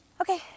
Okay